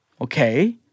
Okay